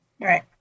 Right